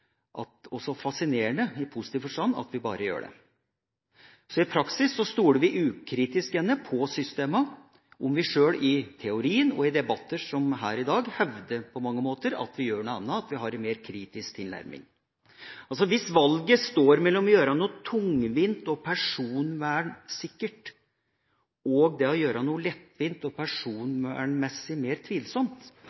i positiv forstand, at vi bare gjør det. I praksis stoler vi gjerne ukritisk på systemene, om vi sjøl i teorien og i debatter som her i dag, på mange måter hevder at vi gjør noe annet, at vi har en mer kritisk tilnærming. Altså: Hvis valget står mellom å gjøre noe tungvint og personvernsikkert og det å gjøre noe lettvint og